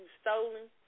stolen